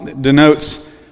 denotes